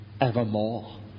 evermore